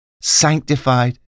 sanctified